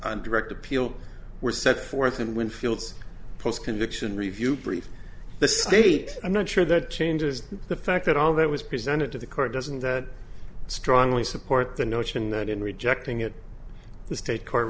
and direct appeal were set forth in winfield's post conviction review brief the state i'm not sure that changes the fact that all that was presented to the court doesn't that strongly support the notion that in rejecting it the state c